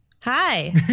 hi